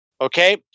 Okay